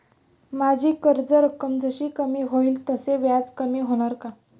माझी कर्ज रक्कम जशी कमी होईल तसे व्याज कमी होणार का?